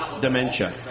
Dementia